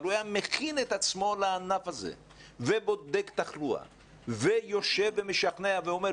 אבל הוא היה מכין את עצמו לענף הזה ובודק תחלואה ויושב ומשכנע ואומר,